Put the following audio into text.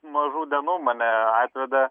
mažų dienų mane atvedė